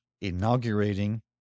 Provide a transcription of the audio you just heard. inaugurating